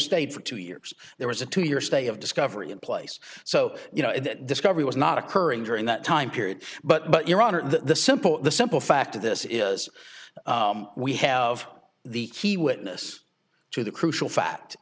stayed for two years there was a two year stay of discovery in place so you know discovery was not occurring during that time period but your honor the simple the simple fact of this is we have the key witness to the crucial fa